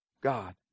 God